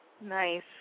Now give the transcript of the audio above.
Nice